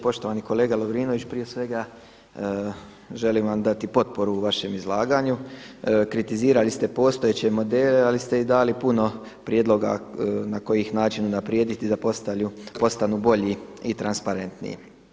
Poštovani kolega Lovrinović, prije svega želim vam dati potporu u vašem izlaganju, kritizirali ste postojeće modele ali ste i dali puno prijedloga na koji način unaprijediti da postanu bolji i transparentniji.